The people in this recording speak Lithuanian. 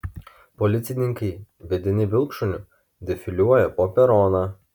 policininkai vedini vilkšuniu defiliuoja po peroną